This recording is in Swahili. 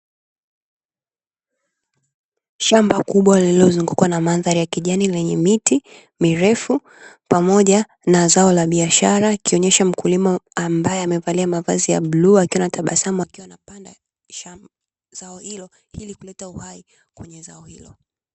Shamba kubwa lililozungukwa na mandhari ya kijani lenye miti mirefu pamoja na zao la biashara, ikionyesha mkulima ambaye amevalia mavazi ya bluu akiwa anatabasamu akiwa anapanda zao hilo ili kuleta uhai kwenye zao hilo.